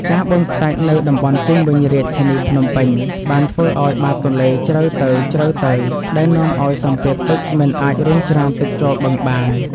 ការបូមខ្សាច់នៅតំបន់ជុំវិញរាជធានីភ្នំពេញបានធ្វើឱ្យបាតទន្លេជ្រៅទៅៗដែលនាំឱ្យសម្ពាធទឹកមិនអាចរុញច្រានទឹកចូលបឹងបាន។